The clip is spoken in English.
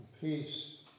peace